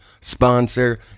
sponsor